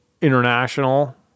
international